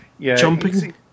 Jumping